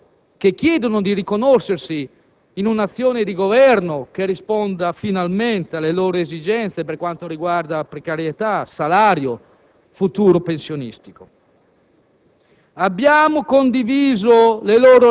alle proteste dei lavoratori che chiedono di riconoscersi in un'azione di Governo che risponda finalmente alle loro esigenze per quanto riguarda la precarietà, il salario, il futuro pensionistico.